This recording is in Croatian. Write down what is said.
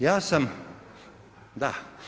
Ja sam, da.